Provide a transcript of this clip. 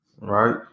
Right